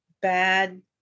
bad